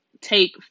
take